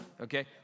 Okay